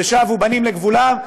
"ושבו בנים לגבולם",